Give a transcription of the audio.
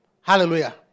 Hallelujah